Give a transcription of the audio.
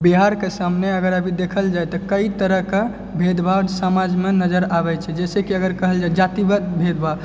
बिहारके सामने अगर अभी देखल जाइ तऽ कइ तरहके भेदभाव समाजमे नजरि आबै छै जैहिसँ कि अगर कहल जाइ जातिगत भेदभाव तऽ